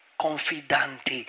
confidante